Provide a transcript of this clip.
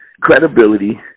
credibility